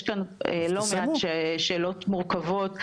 יש כאן לא מעט שאלות מורכבות,